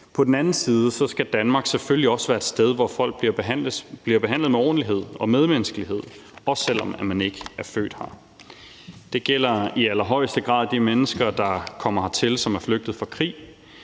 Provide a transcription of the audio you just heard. På den anden side skal Danmark selvfølgelig også være et sted, hvor folk bliver behandlet med ordentlighed og medmenneskelighed, også selv om man ikke er født her. Det gælder i allerhøjeste grad de mennesker, der kommer hertil, som er flygtet fra krig,